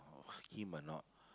oh him or not